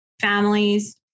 families